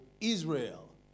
Israel